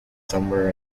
somewhere